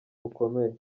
bukomeye